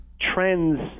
trends